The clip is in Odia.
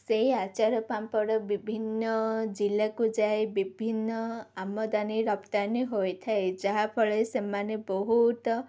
ସେଇ ଆଚାର ପାମ୍ପଡ଼ ବିଭିନ୍ନ ଜିଲ୍ଲାକୁ ଯାଏ ବିଭିନ୍ନ ଆମଦାନୀ ରପ୍ତାନି ହୋଇଥାଏ ଯାହାଫଳରେ ସେମାନେ ବହୁତ